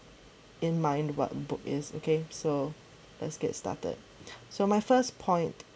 in mind what book is okay so let's get started so my first point